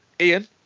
Ian